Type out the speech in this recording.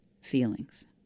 feelings